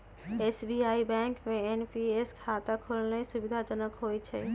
SBI bank में NPS खता खोलेनाइ सुविधाजनक होइ छइ